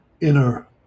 inner